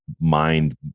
mind